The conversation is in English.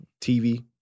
TV